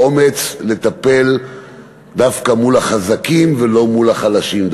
האומץ לטפל דווקא מול החזקים ולא מול החלשים.